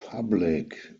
public